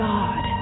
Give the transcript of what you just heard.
God